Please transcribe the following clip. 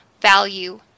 value